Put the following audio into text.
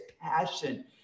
passion